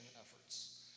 efforts